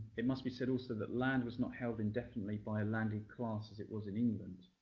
it must be said also that land was not held indefinitely by a landed class as it was in england.